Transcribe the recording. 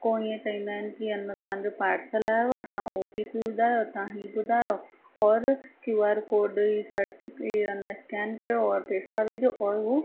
को ईअं चवंदा आहिनि की तव्हांजो पार्सल आहियो आहे तव्हां ओटीपी ॿुधायो तव्हां हीअ ॿुधायो औरि क्यूआर कोड ई साइट जी ती ईअं न स्कैन कयो औरि पैसा विझो और उहा